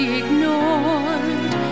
ignored